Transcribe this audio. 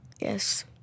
Yes